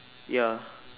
ya